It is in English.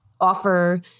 offer